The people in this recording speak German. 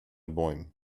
bäumen